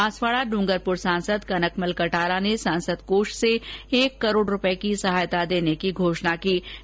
बांसवाडा डंगरपुर सांसद कनकमल कटारा ने सांसद कोष से एक करोड़ रूपये की सहायता देने की घोषणा की है